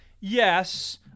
yes